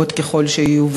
טובות ככל שיהיו,